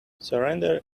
surrender